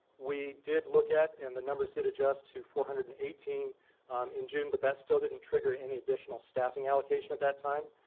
we did look at and the numbers did adjust to four hundred and eighteen in june but that still didn't trigger any additional staffing allocation at that time.